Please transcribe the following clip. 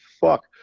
Fuck